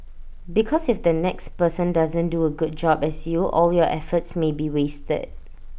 because if the next person doesn't do A good job as you all your efforts may be wasted